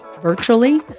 virtually